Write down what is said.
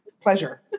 pleasure